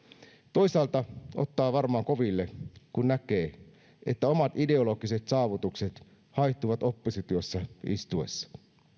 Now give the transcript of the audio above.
toisaalta ottaa varmaan koville kun näkee että omat ideologiset saavutukset haihtuvat oppositiossa istuessa